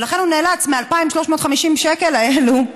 ולכן הוא נאלץ, מ-2,350 השקלים האלה,